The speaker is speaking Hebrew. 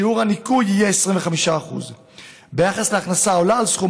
שיעור הניכוי יהיה 25%. ביחס להכנסה העולה על הסכום